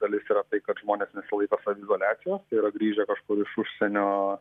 dalis yra tai kad žmonės nesilaiko saviizoliacijos tai yra grįžę kažkur iš užsienio